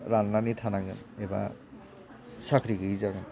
रान्नानै थानांगोन एबा साख्रि गैयि जागोन